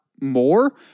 more